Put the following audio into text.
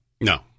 No